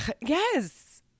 Yes